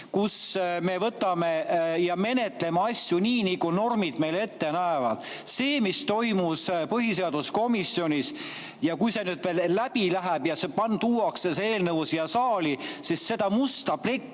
kus me võtame ja menetleme asju nii, nagu normid ette näevad. See, mis toimus põhiseaduskomisjonis – kui see nüüd läbi läheb ja tuuakse see eelnõu siia saali, siis seda musta plekki